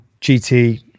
GT